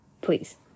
Please